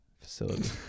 facility